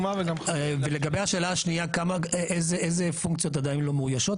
לגבי השאלה השנייה איזה פונקציות עדיין לא מאוישות,